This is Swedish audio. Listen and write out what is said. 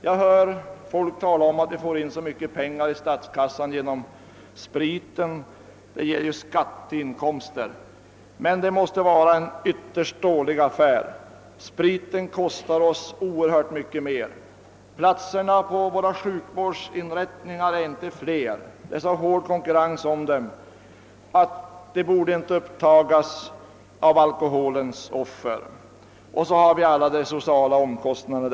Jag hör folk tala om att man får in så mycket pengar i statskassan genom spriten, den ger ju skatteinkomster, men det måste vara en ytterst dålig affär. Spriten kostar oss oerhört mycket mer. Platserna på våra sjukvårdsinrättningar är inte flera — och det är dessutom så hård konkurrens om dem — än att de inte borde upptas av alkoholens offer. Därtill kommer alla sociala omkostnader.